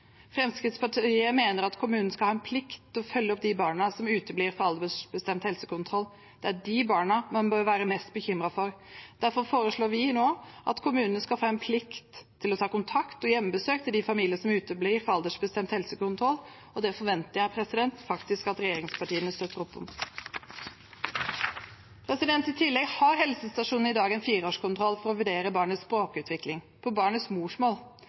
Fremskrittspartiet mener at kommunene skal ha en plikt til å følge opp de barna som uteblir fra aldersbestemt helsekontroll. Det er de barna man bør være mest bekymret for. Derfor foreslår vi nå at kommunene skal få en plikt til å ta kontakt og dra på hjemmebesøk til de familiene som uteblir fra aldersbestemt helsekontroll, og det forventer jeg faktisk at regjeringspartiene støtter opp om. I tillegg har helsestasjonene i dag en fireårskontroll for å vurdere barnets språkutvikling – på barnets morsmål.